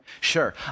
Sure